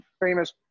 famous